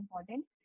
important